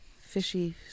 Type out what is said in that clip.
fishy